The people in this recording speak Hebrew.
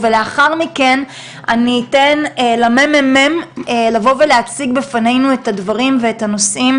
ולאחר מכן אני אתן לממ"מ לבוא ולהציג לפנינו את הדברים ואת הנושאים,